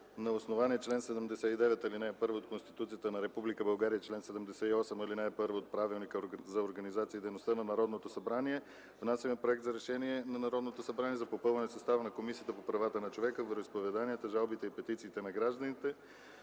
На основание чл. 79, ал. 1 от Конституцията на Република България и чл. 78, ал. 1 от Правилника за организацията и дейността на Народното събрание, внасяме Проект за решение на Народното събрание за попълване на състава на Комисията по правата на човека, вероизповеданията, жалбите и петициите на гражданите.